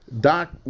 Doc